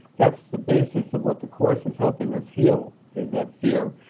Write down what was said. that's the basis of what the course is helping us heal, is that fear.